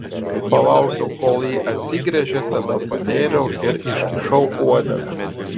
palaukiau kol ji atsigręžė tada panėriau ir iškišau uodegą